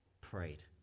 prayed